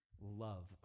love